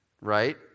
right